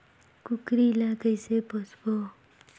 कूकरी ला कइसे पोसबो?